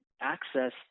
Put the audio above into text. access